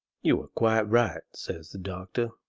you are quite right, says the doctor,